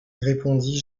répondit